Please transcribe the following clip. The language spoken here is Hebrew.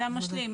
זה המשלים,